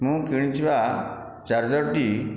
ମୁଁ କିଣିଥିବା ଚାର୍ଜର ଟି